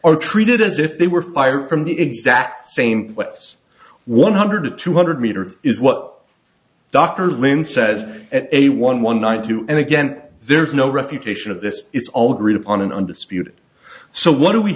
are treated as if they were fired from the exact same what's one hundred to two hundred meters is what dr lynn says at a one one one two and again there is no refutation of this it's all agreed upon an undisputed so what do we